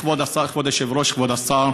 כבוד היושב-ראש, כבוד השר,